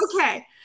Okay